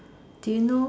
do you know